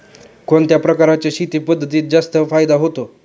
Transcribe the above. कोणत्या प्रकारच्या शेती पद्धतीत जास्त फायदा होतो?